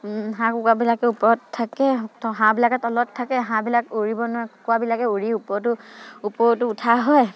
হাঁহ কুকুৰাবিলাকে ওপৰত থাকে হাঁহবিলাকে তলত থাকে হাঁহবিলাক উৰিব নোৱাৰে কুকুৰাবিলাকে উৰি ওপৰতো ওপৰতো উঠা হয়